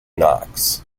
knocks